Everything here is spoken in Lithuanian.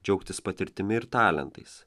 džiaugtis patirtimi ir talentais